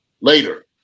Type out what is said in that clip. later